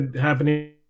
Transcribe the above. happening